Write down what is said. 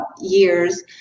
years